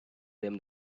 them